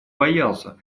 боялся